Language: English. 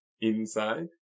inside